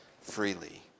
freely